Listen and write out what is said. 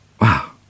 Wow